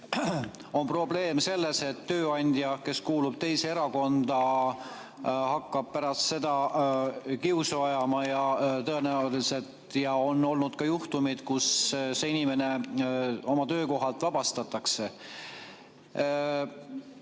on probleem selles, et tööandja, kes kuulub teise erakonda, hakkab pärast seda kiusu ajama. Tõenäoliselt on olnud ka juhtumeid, kus see inimene tema töökohalt vabastatakse. See